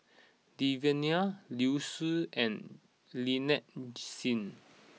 Devan Nair Liu Si and Lynnette Seah